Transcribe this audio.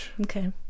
Okay